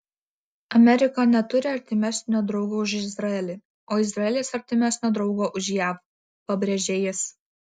amerika neturi artimesnio draugo už izraelį o izraelis artimesnio draugo už jav pabrėžė jis